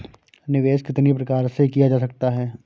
निवेश कितनी प्रकार से किया जा सकता है?